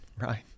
right